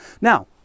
Now